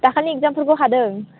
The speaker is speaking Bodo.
दाखालि एक्जामफोरखौ हादों